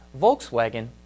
Volkswagen